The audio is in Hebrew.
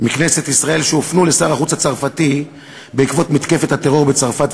מכנסת ישראל שהופנו לשר החוץ הצרפתי בעקבות מתקפת הטרור בצרפת,